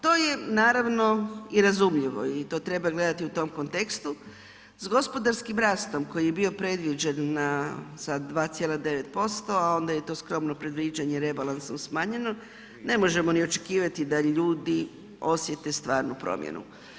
To je naravno i razumljivo i to treba gledati u tom kontekstu s gospodarskim rastom koji je bio predviđen za 2,9% a onda je to skromno predviđanje rebalansa smanjeno, ne možemo ni očekivati da ljudi osjete stvarnu promjenu.